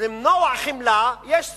אז למנוע חמלה יש סעיפים,